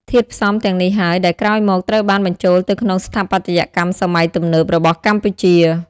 ធាតុផ្សំទាំងនេះហើយដែលក្រោយមកត្រូវបានបញ្ចូលទៅក្នុងស្ថាបត្យកម្មសម័យទំនើបរបស់កម្ពុជា។